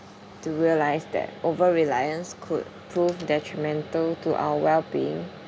to realize that over reliance could prove detrimental to our well being